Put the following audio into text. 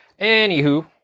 Anywho